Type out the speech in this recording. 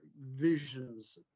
visions